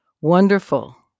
Wonderful